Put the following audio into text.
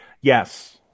Yes